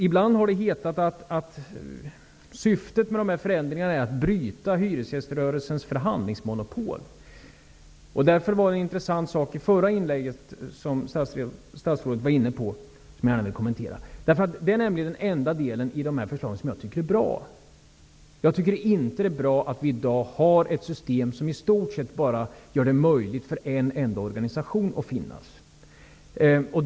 Ibland har det hetat att syftet med de här förändringarna är att bryta hyresgäströrelsens förhandlingsmonopol. Statsrådet var inne på en intressant sak i sitt förra inlägg som jag gärna vill kommentera. Det är nämligen den enda delen av dessa förslag som jag tycker är bra. Jag tycker inte att det är bra att vi i dag har ett system som i stort sett gör det möjligt för bara en enda organisation att finnas.